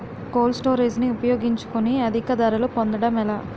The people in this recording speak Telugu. కోల్డ్ స్టోరేజ్ ని ఉపయోగించుకొని అధిక ధరలు పొందడం ఎలా?